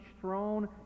throne